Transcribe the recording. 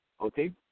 Okay